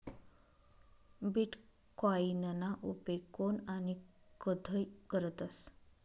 बीटकॉईनना उपेग कोन आणि कधय करतस